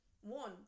one